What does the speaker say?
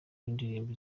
w’indirimbo